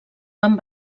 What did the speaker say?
van